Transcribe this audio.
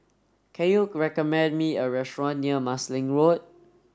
can you recommend me a restaurant near Marsiling Road